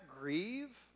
grieve